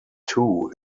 too